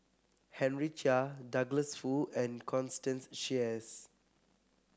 Henry Chia Douglas Foo and Constance Sheares